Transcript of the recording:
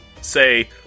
say